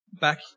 back